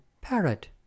Parrot